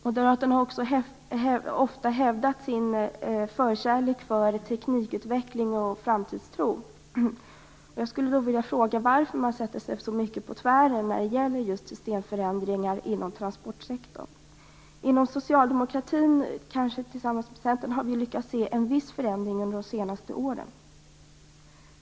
Moderaterna har också ofta hävdat sin förkärlek för teknikutveckling och framtidstro. Då skulle jag vilja fråga varför man sätter sig så mycket på tvären just när det gäller systemförändringar inom transportsektorn. Vi har lyckats se en viss förändring hos socialdemokratin och Centern under de senaste åren.